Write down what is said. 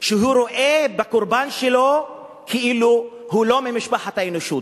שרואה בקורבן שלו כאילו הוא לא ממשפחת האנושות,